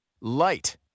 LIGHT